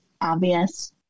obvious